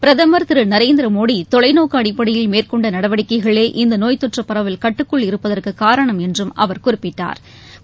பிரதமர் திரு நரேந்திரமோடி தொலைநோக்கு அடிப்படையில் மேற்கொண்ட நடவடிக்கைகளே இந்த நோய் தொற்று பரவல் கட்டுக்குள் இருப்பதற்கு காரணம் என்றும் அவர் குறிப்பிட்டா்